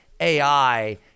AI